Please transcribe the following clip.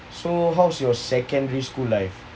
so how's your secondary school life